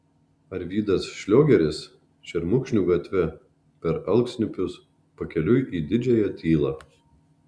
arvydas šliogeris šermukšnių gatve per alksniupius pakeliui į didžiąją tylą